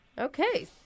okay